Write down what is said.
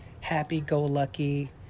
happy-go-lucky